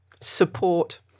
Support